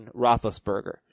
Roethlisberger